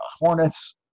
Hornets